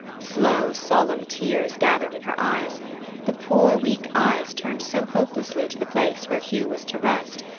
slow, solemn tears gathered in her eyes the poor weak eyes turned so hopelessly to the place where hugh was to rest,